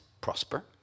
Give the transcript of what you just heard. prosper